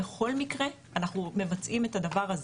בכל מקרה אנחנו מבצעים את הדבר הזה,